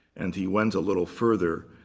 and he went a little further,